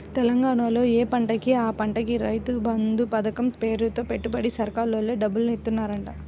తెలంగాణాలో యే పంటకి ఆ పంటకి రైతు బంధు పతకం పేరుతో పెట్టుబడికి సర్కారోల్లే డబ్బులిత్తన్నారంట